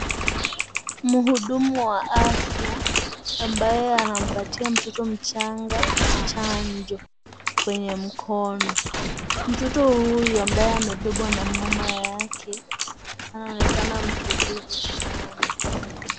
Mhudumu wa afya ambaye anampatia mtoto mchanga chanjo kwenye mkono. Mtoto huyu ambaye amebebwa na mama yake anaonekana mtulivu sana.